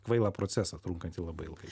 kvailą procesą trunkantį labai ilgai